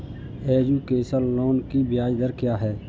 Education loan की ब्याज दर क्या है?